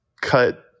cut